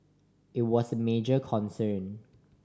it was a major concern